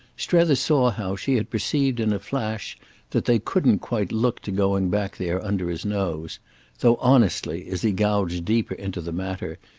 strether saw how she had perceived in a flash that they couldn't quite look to going back there under his nose though, honestly, as he gouged deeper into the matter,